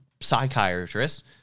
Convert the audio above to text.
psychiatrist